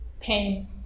pain